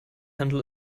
handle